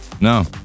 No